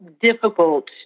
difficult